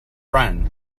run